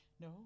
No